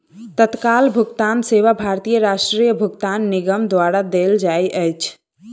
तत्काल भुगतान सेवा भारतीय राष्ट्रीय भुगतान निगम द्वारा देल जाइत अछि